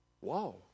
Wow